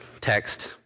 text